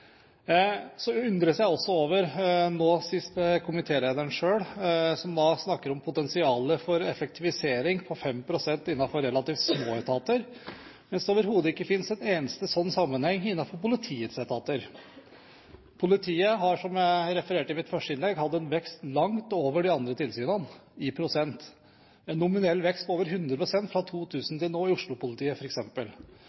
Så undres jeg også over, nå sist, komitélederen selv, som snakker om potensialet for en effektivisering på 5 pst. innenfor relativt små etater, mens det overhodet ikke finnes en eneste slik sammenheng innenfor politiets etater. Politiet har, som jeg refererte i mitt første innlegg, hatt en vekst i prosent langt over de andre tilsynene – en nominell vekst på over 100 pst. fra